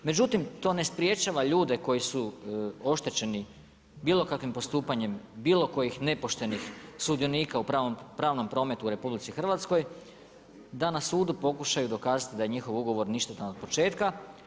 Međutim, to ne sprječava ljude koji su oštećeni bilo kakvim postupanjem bilo kojih nepoštenih sudionika u pravnom prometu u RH da na sudu pokušaju dokazati da je njihov ugovor ništetan od početka.